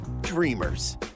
dreamers